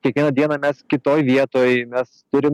kiekvieną dieną mes kitoj vietoj mes turim